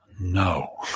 No